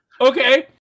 Okay